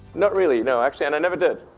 not really, no, actually, and i never did.